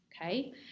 Okay